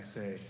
say